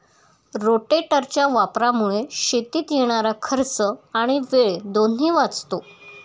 रोटेटरच्या वापरामुळे शेतीत येणारा खर्च आणि वेळ दोन्ही वाचतो